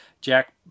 jack